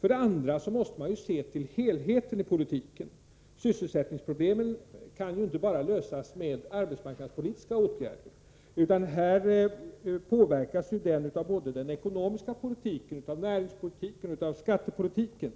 För det andra måste man se till helheten i politiken. Sysselsättningsproblemen kan ju inte lösas bara med arbetsmarknadspolitiska åtgärder. Sysselsättningspolitiken påverkas av både den ekonomiska politiken, näringspolitiken och skattepolitiken.